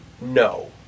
no